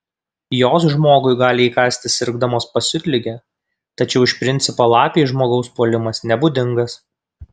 jos žmogui gali įkasti sirgdamos pasiutlige tačiau iš principo lapei žmogaus puolimas nebūdingas